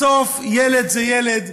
בסוף ילד זה ילד,